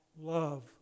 love